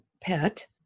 pet